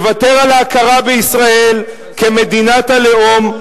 לוותר על ההכרה בישראל כמדינת הלאום.